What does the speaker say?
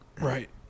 Right